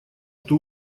что